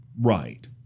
Right